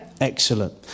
Excellent